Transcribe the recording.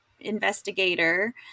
investigator